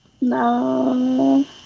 No